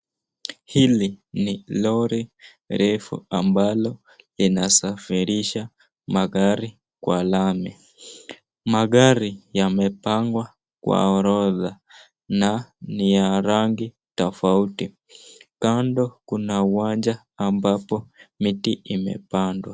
Hili ni lori refu ambalo linasafirisha magari kwa lami, magari yamepangwa kwa orodha na ni ya rangi tofauti, kando kuna uwanja ambapo miti imepandwa.